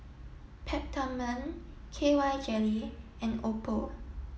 Peptamen K Y Jelly and Oppo